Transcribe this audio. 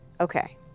Okay